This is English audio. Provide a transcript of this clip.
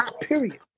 period